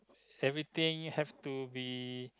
everything have to be